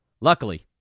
Luckily